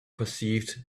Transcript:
perceived